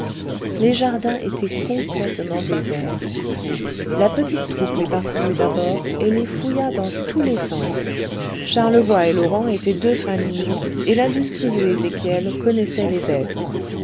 les jardins étaient complètement déserts la petite troupe les parcourut d'abord et les fouilla dans tous les sens charlevoy et laurent étaient deux fins limiers et l'industrieux ezéchiel connaissait les êtres